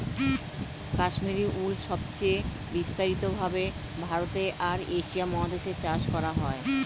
Kashmiri wool সবচেয়ে বিস্তারিত ভাবে ভারতে আর এশিয়া মহাদেশে চাষ করা হয়